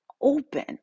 open